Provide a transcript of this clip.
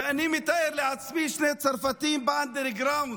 ואני מתאר לעצמי שני צרפתים ב-underground,